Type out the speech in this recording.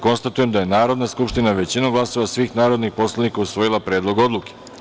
Konstatujem da je Narodna skupština većinom glasova svih narodnih poslanika usvojila Predlog odluke.